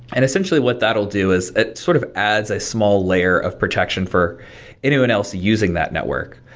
and essentially what that will do is it sort of adds a small layer of protection for anyone else using that network.